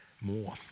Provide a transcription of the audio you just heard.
more